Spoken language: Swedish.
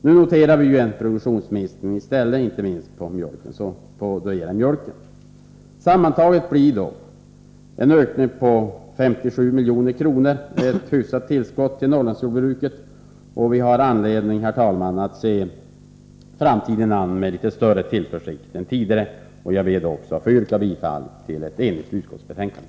Nu noterar vi i stället en produktionsminskning, inte minst då det gäller mjölken. Sammantaget blir ökningen på 57 milj.kr. ett hyfsat tillskott till Norrlandsjordbruket, och vi har anledning, herr talman, att se framtiden an med litet större tillförsikt än tidigare. Jag ber att få yrka bifall till hemställan i ett enigt utskottsbetänkande.